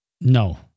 No